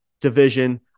division